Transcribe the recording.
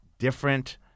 Different